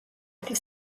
ერთი